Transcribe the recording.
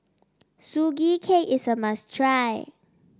Sugee Cake is a must try